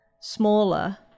smaller